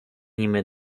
niby